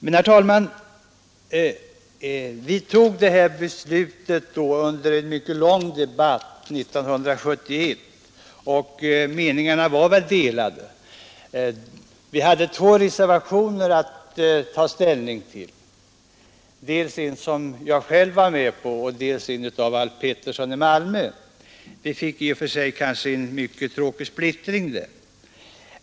Riksdagen fattade beslutet 1971 efter en mycket lång debatt, och meningarna var delade. Vi hade två reservationer att ta ställning till, dels en som jag själv var med på, dels en av Alf Pettersson i Malmö — det var en kanske i och för sig mycket tråkig splittring.